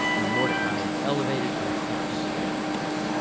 and mordecai is elevated to a seat beside the king.